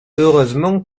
heureusement